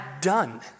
done